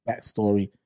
backstory